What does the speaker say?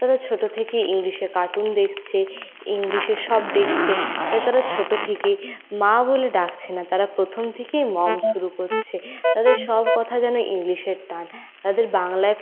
তারা ছোটো থেকে ইংলিশে কার্টুন দেখছে ইংলিশে সব দেখছে তাই তারা ছোটো থেকেই মা বলে ডাকছে না তারা প্রথম থেকেই মম শুরু করছে তাদের সব কথা যেন ইংলিশের টান তাদের বাংলায়